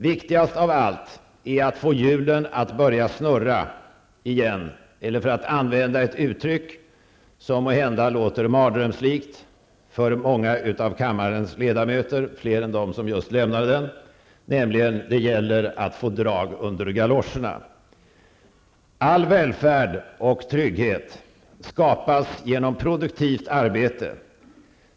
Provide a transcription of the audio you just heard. Viktigast av allt är att få hjulen att börja snurra igen eller, för att använda ett uttryck som måhända låter mardrömslikt för många av kammarens ledamöter, för fler än dem som just har lämnat den: Det gäller att få drag under galoscherna! All välfärd och all trygghet skapas genom produktivt arbete.